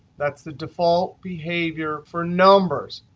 that's the default behavior for numbers.